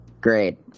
great